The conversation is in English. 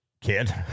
kid